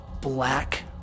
black